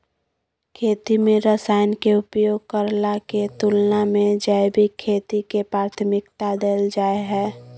खेती में रसायन के उपयोग करला के तुलना में जैविक खेती के प्राथमिकता दैल जाय हय